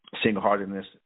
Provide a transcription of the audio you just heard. single-heartedness